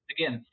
Again